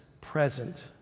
present